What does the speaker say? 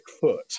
foot